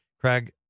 Craig